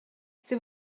c’est